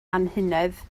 anhunedd